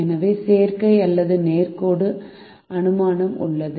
எனவே சேர்க்கை அல்லது நேர்கோட்டு அனுமானம் உள்ளது